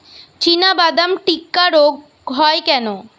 চিনাবাদাম টিক্কা রোগ হয় কেন?